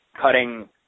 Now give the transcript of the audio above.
cutting